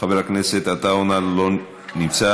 חבר הכנסת עטאונה נמצא?